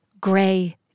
gray